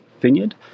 Vineyard